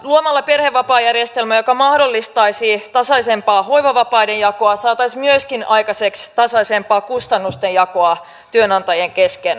luomalla perhevapaajärjestelmä joka mahdollistaisi tasaisempaa hoivavapaiden jakoa saataisiin myöskin aikaiseksi tasaisempaa kustannusten jakoa työnantajien kesken